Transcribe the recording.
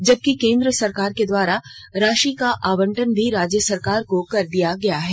जबकि केंद्र सरकार के द्वारा राशि का आवंटन भी राज्य सरकार को कर दिया गया है